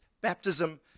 baptism